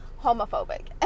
homophobic